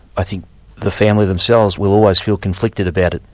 i think the family themselves will always feel conflicted about it,